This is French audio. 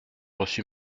reçu